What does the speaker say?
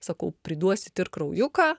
sakau priduosit ir kraujuką